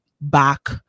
back